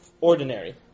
ordinary